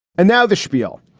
and now the schpiel.